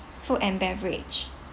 food and beverage